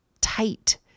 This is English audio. tight